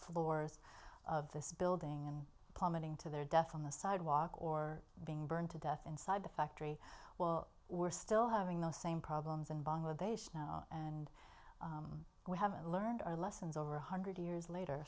ward of this building and plummeting to their death on the sidewalk or being burned to death inside the factory well we're still having the same problems in bangladesh and we haven't learned our lessons over one hundred years later